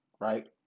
right